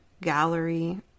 gallery